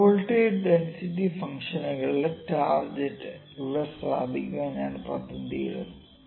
probability density ഫംഗ്ഷനുകളുടെ target ഇവിടെ സ്ഥാപിക്കാൻ ഞാൻ പദ്ധതിയിടുന്നു